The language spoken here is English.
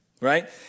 right